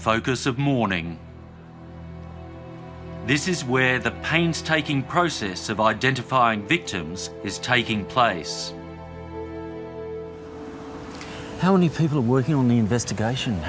focus of mourning this is where the painstaking process of identifying victims is taking place how many people are working on the investigation